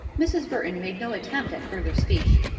mrs. burton made no attempt at further speech,